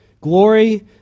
glory